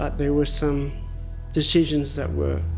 but there were some decisions that were